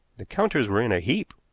the counters were in a heap,